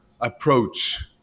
approach